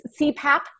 CPAP